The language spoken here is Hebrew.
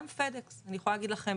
גם פדקס, אני יכולה להגיד לכם